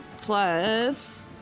plus